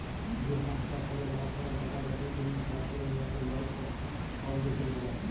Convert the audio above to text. যে সংস্থার কল লাভ ছাড়া টাকা লকের জ্যনহে কাজ ক্যরে উয়াকে লল পরফিট ফাউল্ডেশল ব্যলে